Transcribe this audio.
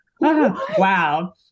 Wow